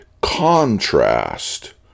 contrast